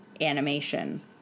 animation